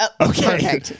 okay